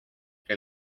que